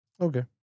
Okay